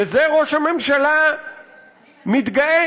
בזה ראש הממשלה מתגאה.